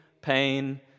pain